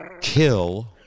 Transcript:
kill